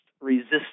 resist